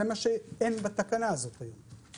זה מה שאין בתקנה הזאת היום.